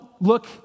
look